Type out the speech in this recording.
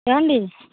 ఏమండి